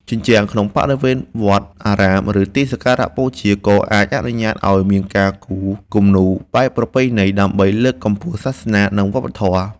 ជញ្ជាំងក្នុងបរិវេណវត្តអារាម ឬទីសក្ការៈបូជា ក៏អាចអនុញ្ញាតឱ្យមានការគូរគំនូរបែបប្រពៃណីដើម្បីលើកកម្ពស់សាសនា និងវប្បធម៌។